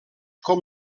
com